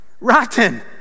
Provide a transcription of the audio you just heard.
Rotten